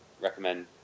recommend